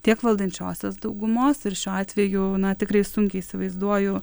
tiek valdančiosios daugumos ir šiuo atveju na tikrai sunkiai įsivaizduoju